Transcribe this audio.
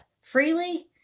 freely